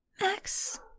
Max